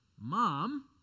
mom